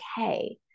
okay